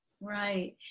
right